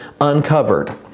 uncovered